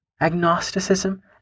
agnosticism